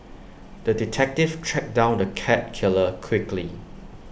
the detective tracked down the cat killer quickly